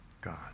God